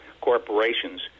corporations